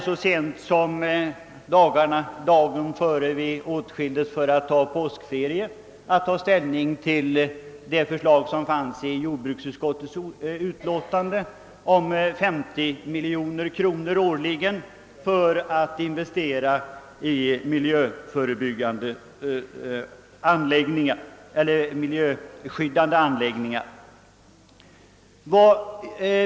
Så sent som dagen före påskferierna hade vi att besluta om ett förslag från jordbruksutskottet som gällde 50 miljoner kronor per år för investering i miljöskyddande anläggningar.